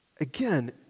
again